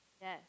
Yes